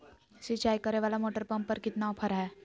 सिंचाई करे वाला मोटर पंप पर कितना ऑफर हाय?